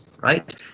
right